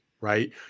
right